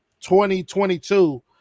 2022